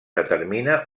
determina